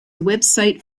website